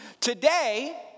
Today